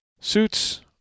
Suits